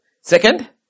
Second